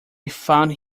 found